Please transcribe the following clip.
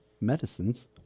medicines